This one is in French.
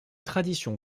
tradition